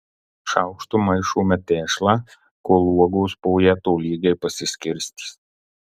šaukštu maišome tešlą kol uogos po ją tolygiai pasiskirstys